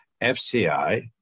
FCI